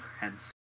hence